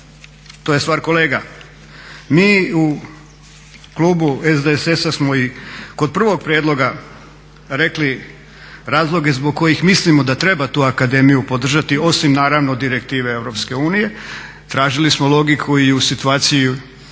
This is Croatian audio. to je stvar kolega. Mi u klubu SDSS-a smo i kod prvog prijedloga rekli razloge zbog kojih mislimo da treba tu akademiju podržati osim naravno direktive EU. Tražili smo logiku i u situaciji